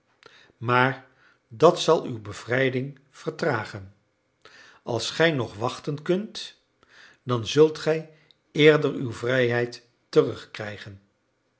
maar dat zal uwe bevrijding vertragen als gij nog wachten kunt dan zult gij eerder uw vrijheid terugkrijgen